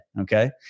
Okay